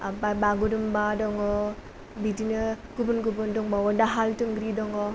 ओमफ्राय बागुरुम्बा दङ बिदिनो गुबुन गुबुन दंबावो दाहाल थुंग्रि दङ